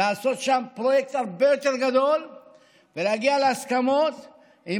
לעשות פרויקט הרבה יותר גדול ולהגיע להסכמות עם